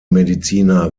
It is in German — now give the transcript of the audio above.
mediziner